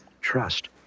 Trust